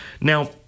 Now